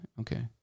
Okay